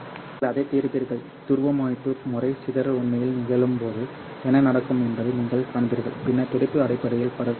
நீங்கள் அதைத் தீர்ப்பீர்கள் துருவமுனைப்பு முறை சிதறல் உண்மையில் நிகழும்போது என்ன நடக்கும் என்பதை நீங்கள் காண்பீர்கள் பின்னர் துடிப்பு அடிப்படையில் பரவுகிறது